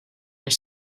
než